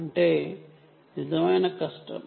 అంటే నిజమైన కష్టం